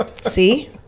See